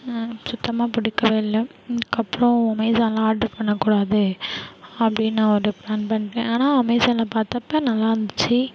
சுத்தமாக பிடிக்கவே இல்லை இதுக்கப்றம் அமேஸானில் ஆர்ட்ரு பண்ணக்கூடாது அப்டின்னு நான் ஒரு பிளான் பண்ணுறேன் ஆனால் அமேஸானில் பாத்தப்போ நல்லாருந்துச்சு